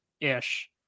ish